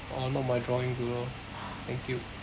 oh not my drawing good lor thank you